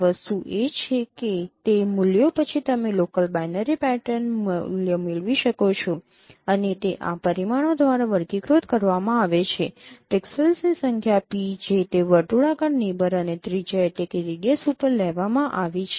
વસ્તુ એ છે કે તે મૂલ્યો પછી તમે લોકલ બાઈનરી પેટર્ન મૂલ્ય મેળવી શકો છો અને તે આ પરિમાણો દ્વારા વર્ગીકૃત કરવામાં આવે છે પિક્સેલ્સની સંખ્યા 'P' જે તે વર્તુળાકાર નેબર અને ત્રિજ્યા ઉપર લેવામાં આવી છે